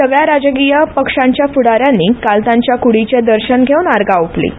सगळ्या राजकीय पक्षांच्या फुडाऱ्यांनी आयज तांच्या कुडीचें दर्शन घेवन आर्गा ओंपलीं